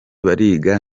bariga